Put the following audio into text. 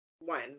one